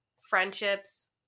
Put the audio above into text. friendships